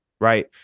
right